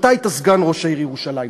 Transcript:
אתה היית סגן ראש העיר ירושלים,